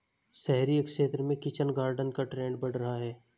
शहरी क्षेत्र में किचन गार्डन का ट्रेंड बढ़ रहा है